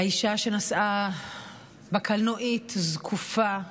האישה שנסעה לשבי בקלנועית זקופה,